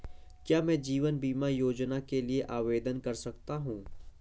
क्या मैं जीवन बीमा योजना के लिए आवेदन कर सकता हूँ?